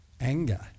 anger